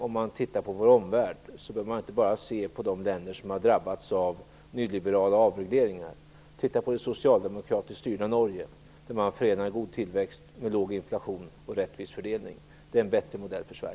Om man tittar på vår omvärld behöver man inte bara se på de länder som har drabbats av nyliberala avregleringar. Titta på det socialdemokratiskt styrda Norge, där man förenar god tillväxt med låg inflation och rättvis fördelning. Det är en bättre modell för